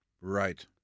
Right